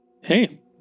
Hey